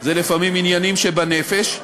זה לפעמים עניינים שבנפש.